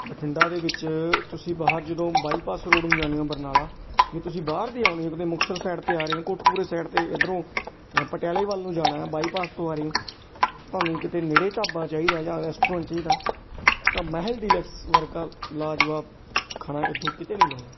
ਬਠਿੰਡਾ ਦੇ ਵਿੱਚ ਤੁਸੀਂ ਬਾਹਰ ਜਦੋਂ ਬਾਈਪਾਸ ਰੋਡ ਨੂੰ ਜਾਣੇ ਹੋ ਬਰਨਾਲਾ ਜੇ ਤੁਸੀਂ ਬਾਹਰ ਦੀ ਆਉਂਦੇ ਹੋ ਕਿਤੇ ਮੁਕਤਸਰ ਸਾਈਡ 'ਤੇ ਆ ਰਹੇ ਹੋ ਕੋਟਕਪੂਰੇ ਸਾਈਡ 'ਤੇ ਇੱਧਰੋਂ ਅ ਪਟਿਆਲੇ ਵੱਲ ਨੂੰ ਜਾਣਾ ਬਾਈਪਾਸ ਤੋਂ ਆ ਰਹੇ ਹੋ ਤੁਹਾਨੂੰ ਕਿਤੇ ਨੇੜੇ ਢਾਬਾ ਚਾਹੀਦਾ ਜਾਂ ਰੈਸਟੋਰੈਂਟ ਚਾਹੀਦਾ ਤਾਂ ਮਹਿਲ ਡੀਲੈਕਸ ਵਰਗਾ ਲਾਜਵਾਬ ਖਾਣਾ ਇੱਥੋਂ ਕਿਤੇ ਨਹੀਂ ਮਿਲਣਾ